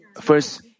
First